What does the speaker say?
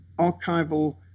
archival